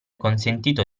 consentito